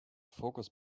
focus